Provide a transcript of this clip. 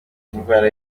indwara